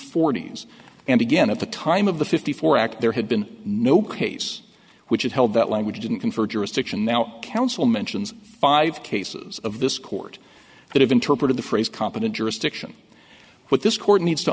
forty's and again at the time of the fifty four act there had been no case which had held that language didn't confer jurisdiction now counsel mentions five cases of this court that have interpreted the phrase competent jurisdiction what this court needs to